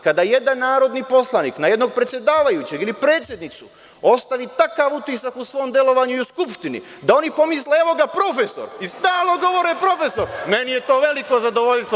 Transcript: Kada jedan narodni poslanik na jednog predsedavajućeg ili predsednicu ostavi takav utisak u svom delovanju i u Skupštini, da oni pomisle – evo ga profesor i stalno govore profesor, meni je to veliko zadovoljstvo.